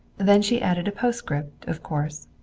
then she added a postscript, of course.